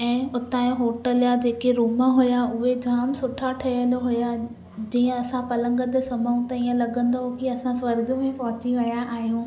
ऐं उता जा होटल जा जेके रूम हुया उहे जाम सुठा ठहियल हुया जीअं असां पलंग में सुम्हूं त हीअं लॻंदो की असां स्वर्ग में पोहंची विया आहियूं